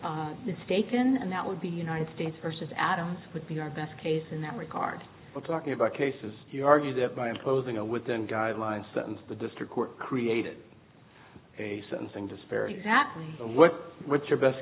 mistaken and that would be united states versus adams would be our best case in that regard we're talking about cases you argue that by imposing a within guidelines that is the district court created a sentencing disparity exactly what what's your best